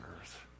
earth